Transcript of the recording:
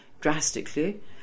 drastically